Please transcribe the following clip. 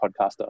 podcaster